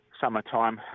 summertime